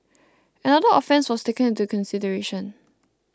another offence was taken into consideration